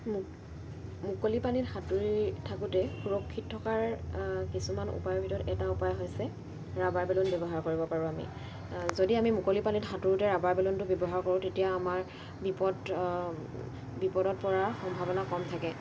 মু মুকলি পানীত সাঁতুৰি থাকোঁতে সুৰক্ষিত থকাৰ কিছুমান উপায়ৰ ভিতৰত এটা উপায় হৈছে ৰাবাৰ বেলুন ব্যৱহাৰ কৰিব পাৰোঁ আমি যদি আমি মুকলি পানীত সাঁতোৰোতে ৰাবাৰ বেলুনটো ব্যৱহাৰ কৰোঁ তেতিয়া আমাৰ বিপদ বিপদত পৰা সম্ভাৱনা কম থাকে